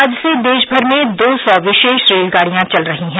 आज से देशभर में दो सौ विशेष रेलगाड़ियां चल रही हैं